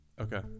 Okay